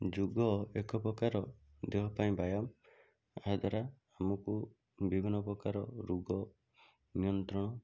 ଯୋଗ ଏକ ପ୍ରକାର ଦେହ ପାଇଁ ବ୍ୟାୟାମ ଏହାଦ୍ଵାରା ଆମକୁ ବିଭିନ୍ନ ପ୍ରକାର ରୋଗ ନିୟନ୍ତ୍ରଣ